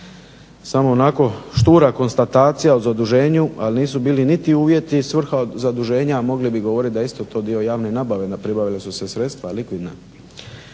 samo onako štura konstatacija o zaduženju ali nisu bili niti uvjeti, svrha zaduženja mogli bi govoriti da je to isto dio javne nabave, pribavili su se sredstva likvidna,